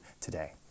today